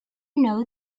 know